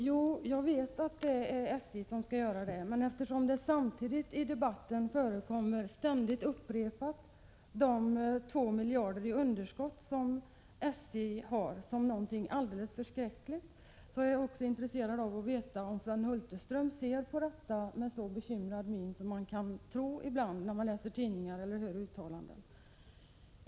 Fru talman! Jag vet att det är SJ som skall göra allt detta. Eftersom de 2 miljarder i underskott som SJ har ständigt i debatten beskrivs som någonting alldeles förskräckligt, är jag intresserad av att få veta om Sven Hulterström ser på detta med så bekymrad min som man kan tro ibland när man läser tidningar eller hör uttalanden.